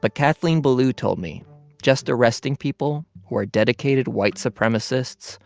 but kathleen belew told me just arresting people who are dedicated white supremacists